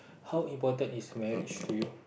how important is marriage to you